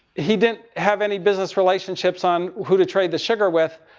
he didn't have any business relationships on who to trade the sugar with.